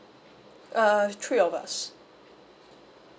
err three of us